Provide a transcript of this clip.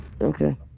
okay